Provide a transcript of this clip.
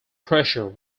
pressure